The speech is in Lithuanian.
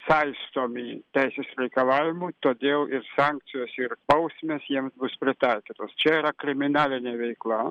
saistomi teisės reikalavimų todėl ir sankcijos ir bausmės jiems bus pritaikytos čia yra kriminalinė veikla